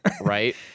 right